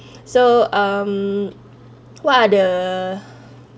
so um what are the